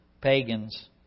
pagans